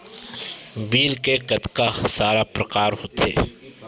Bill के कतका सारा प्रकार होथे?